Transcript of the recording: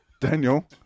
Daniel